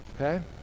okay